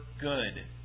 good